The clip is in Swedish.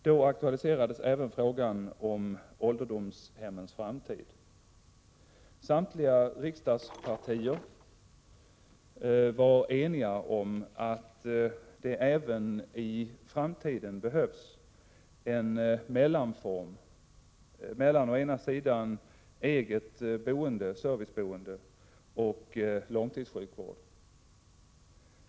Då aktualiserades även frågan om ålderdomshemmens framtid. Samtliga riksdagspartier var eniga om att det även i framtiden behövs en mellanform mellan å ena sidan eget boende/serviceboende och långtidssjukvård.